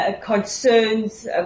concerns